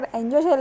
enjoy